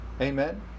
Amen